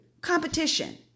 competition